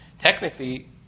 technically